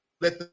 let